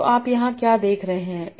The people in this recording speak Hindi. तो आप यहाँ क्या देख रहे हैं